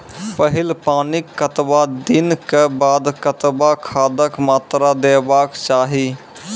पहिल पानिक कतबा दिनऽक बाद कतबा खादक मात्रा देबाक चाही?